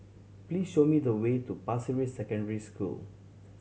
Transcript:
please show me the way to Pasir Ris Secondary School